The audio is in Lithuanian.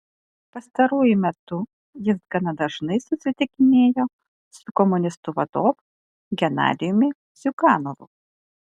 pastaruoju metu jis gana dažnai susitikinėjo su komunistų vadovu genadijumi ziuganovu